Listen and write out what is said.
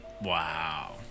Wow